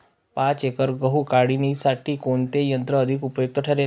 पाच एकर गहू काढणीसाठी कोणते यंत्र अधिक उपयुक्त ठरेल?